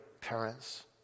parents